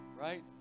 Right